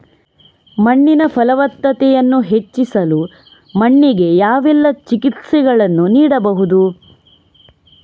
ಮಣ್ಣಿನ ಫಲವತ್ತತೆಯನ್ನು ಹೆಚ್ಚಿಸಲು ಮಣ್ಣಿಗೆ ಯಾವೆಲ್ಲಾ ಚಿಕಿತ್ಸೆಗಳನ್ನು ನೀಡಬಹುದು?